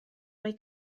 roi